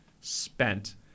spent